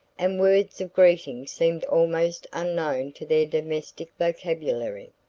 and words of greeting seemed almost unknown to their domestic vocabulary.